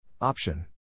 Option